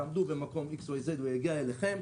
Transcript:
תעמדו במקום מסוים והוא יגיע אליכם.